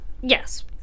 Yes